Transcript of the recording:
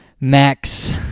max